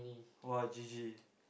!wah! G_G